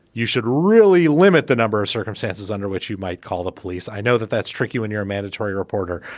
you should really limit the number of circumstances under which you might call the police. i know that that's tricky when you're a mandatory reporter,